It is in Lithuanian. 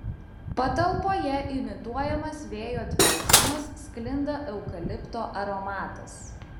patalpoje imituojamas vėjo dvelksmas sklinda eukalipto aromatas